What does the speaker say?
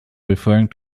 referring